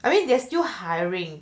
I mean they're still hiring